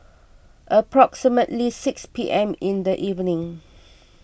approximately six P M in the evening